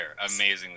Amazingly